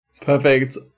Perfect